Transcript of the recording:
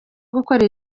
gukora